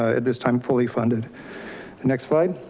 at this time fully funded. the next slide.